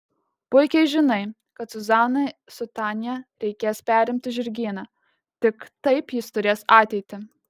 puikiai žinai kad zuzanai su tania reikės perimti žirgyną tik taip jis turės ateitį